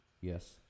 Yes